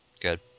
good